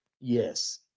Yes